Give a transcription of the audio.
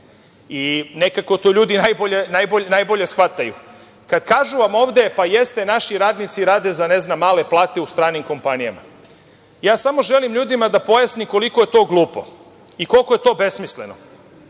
Nekako to ljudi najbolje shvataju. Kad kažu vam ovde- pa, jeste, naši radnici rade za, ne znam, male plate u stranim kompanijama, ja samo želim ljudima da pojasnim koliko je to glupo i koliko je to besmisleno.